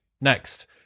next